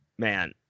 Man